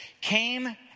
came